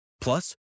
Plus